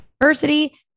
diversity